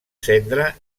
cendra